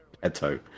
Petto